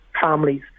families